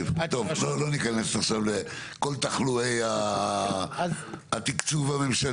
לא נכנס עכשיו לכל תחלואי התקצוב הממשלתי.